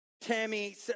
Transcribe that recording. Tammy